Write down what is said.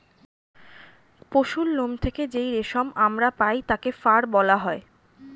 পশুর লোম থেকে যেই রেশম আমরা পাই তাকে ফার বলা হয়